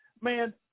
man